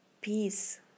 Peace